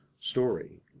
story